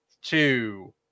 two